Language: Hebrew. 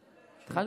התחלתי.